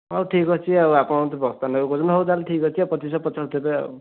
ହଉ ଠିକ୍ ଅଛି ଆଉ ଆପଣ ଯଦି ବସ୍ତା ନେବେ କହୁଛନ୍ତି ହଁ ତା'ହେଲେ ଠିକ୍ ଅଛି ଆଉ ପଚିଶ ଶହ ପଚାଶ ଦେବେ ଆଉ